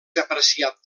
apreciat